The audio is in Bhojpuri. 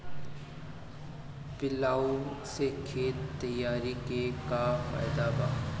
प्लाऊ से खेत तैयारी के का फायदा बा?